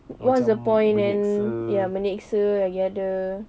what's the point and ya menyeksa lagi ada